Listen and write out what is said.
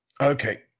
okay